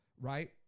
right